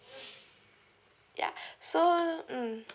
ya so mm